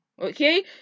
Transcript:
Okay